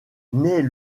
naît